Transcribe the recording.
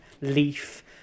LEAF